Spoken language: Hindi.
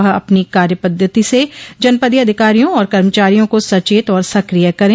वह अपनी कार्य पद्धति से जनपदीय अधिकारियों और कर्मचारियों को सचेत और सकिय करें